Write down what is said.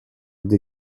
die